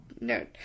No